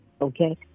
Okay